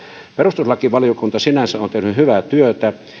perustuslakivaliokunta sinänsä on tehnyt hyvää työtä